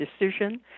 decision